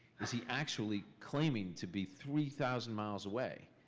is he actually claiming to be three thousand miles away,